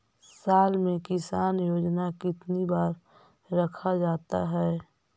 साल में किसान योजना कितनी बार रखा जाता है?